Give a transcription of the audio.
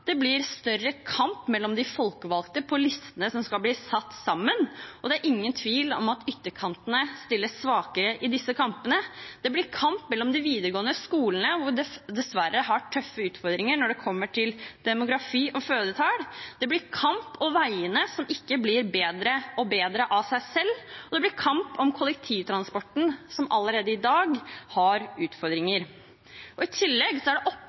Det blir større kamp mellom de folkevalgte på listene som skal settes sammen, og det er ingen tvil om at ytterkantene stiller svakere i disse kampene. Det blir kamp mellom de videregående skolene, som dessverre har tøffe utfordringer når det kommer til demografi og fødselstall. Det blir kamp om veiene, som ikke blir bedre og bedre av seg selv, og det blir kamp om kollektivtransporten, som allerede i dag har utfordringer. I tillegg er det